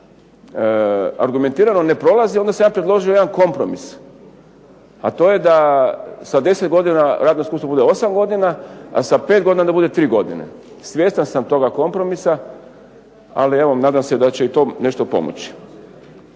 argumentirano ne prolazi onda sam ja predložio jedan kompromis, a to je da sa 10 godina radno iskustvo bude osam godina, a sa pet godina da bude tri godine. Svjestan sam toga kompromisa, ali evo nadam se da će i to nešto pomoći.